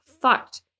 fucked